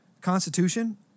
Constitution